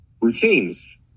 routines